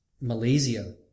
Malaysia